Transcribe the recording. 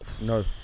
No